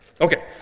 Okay